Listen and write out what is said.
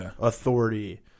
authority